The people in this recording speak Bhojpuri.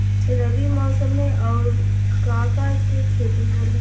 रबी मौसम में आऊर का का के खेती होला?